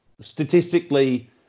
statistically